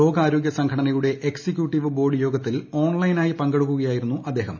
ലോകാരോഗൃ സംഘടനയുടെ executive board യോഗത്തിൽ ഓൺലൈനായി പങ്കെടുക്കുകയായിരുന്നു അദ്ദേഹം